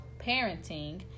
parenting